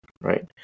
right